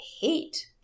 hate